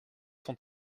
cent